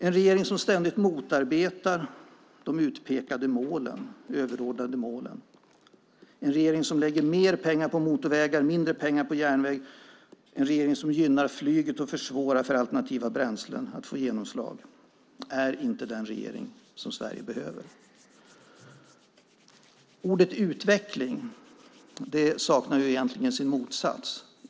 En regering som ständigt motarbetar de utpekade målen, de överordnade målen, som lägger mer pengar på motorvägar och mindre pengar på järnväg och som gynnar flyget och försvårar för alternativa bränslen att få genomslag är inte den regering som Sverige behöver. Ordet utveckling saknar egentligen sin motsats.